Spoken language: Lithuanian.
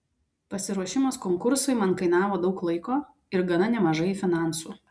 pasiruošimas konkursui man kainavo daug laiko ir gana nemažai finansų